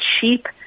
cheap